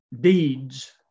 deeds